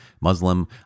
Muslim